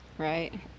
Right